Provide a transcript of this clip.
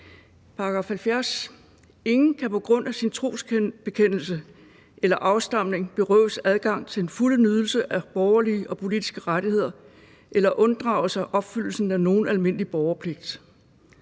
70. Ingen kan på grund af sin trosbekendelse eller afstamning berøves adgang til den fulde nydelse af borgerlige og politiske rettigheder eller unddrage sig opfyldelsen af nogen almindelig borgerpligt.«